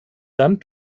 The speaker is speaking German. dann